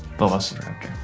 velociraptor.